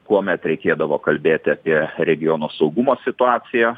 kuomet reikėdavo kalbėti apie regiono saugumo situaciją